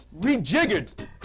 rejiggered